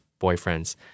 boyfriends